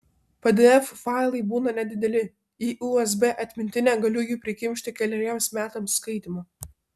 pdf failai būna nedideli į usb atmintinę galiu jų prikimšti keleriems metams skaitymo